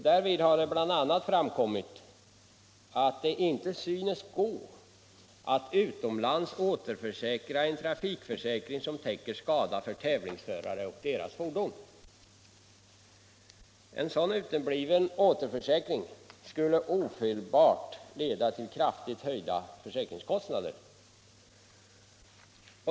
Härunder har det bl.a. framkommit att det inte synes gå att utomlands återförsäkra en trafikförsäkring som täcker skada på tävlingsförare och deras fordon. En sådan utebliven återförsäkring skulle ofelbart leda till kraftigt höjda försäkringskostnader.